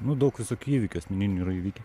nu daug visokių įvykių asmeninių yra įvykę